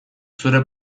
zure